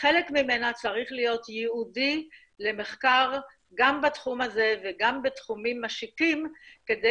חלקה צריך להיות ייעודי למחקר גם בתחום הזה וגם בתחומים משיקים כדי